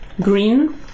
green